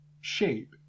shape